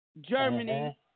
Germany